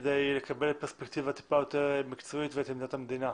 כדי לקבל פרספקטיבה טיפה יותר מקצועית ואת עמדת המדינה.